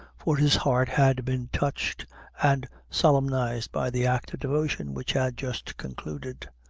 for his heart had been touched and solemnized by the act of devotion which had just concluded.